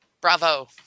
Bravo